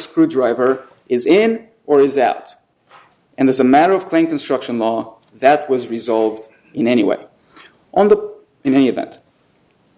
screw driver is in or is out and as a matter of claim construction law that was resolved in any way on the in any event